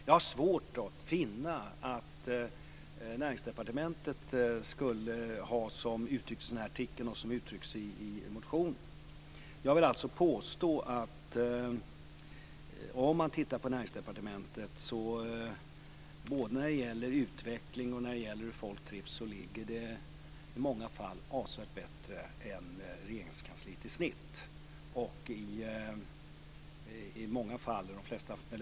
Jag har svårt att finna att Näringsdepartementet skulle ha det så som det uttrycks i artikeln och även i interpellationen. Både när det gäller utveckling och när det gäller hur folk trivs ligger Näringsdepartementet i många fall avsevärt bättre till än vad som gäller för Regeringskansliet i snitt.